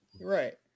Right